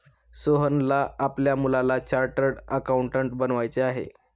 सोहनला आपल्या मुलाला चार्टर्ड अकाउंटंट बनवायचे आहे